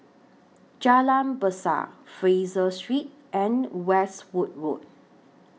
Jalan Besar Fraser Street and Westwood Road